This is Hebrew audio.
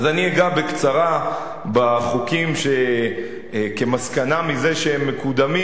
אז אני אגע בקצרה בחוקים שכמסקנה מזה שהם מקודמים